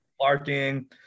parking